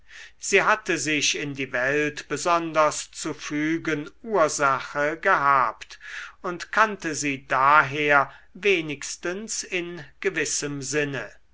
sie hatte sich in die welt besonders zu fügen ursache gehabt und kannte sie daher wenigstens in gewissem sinne